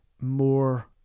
more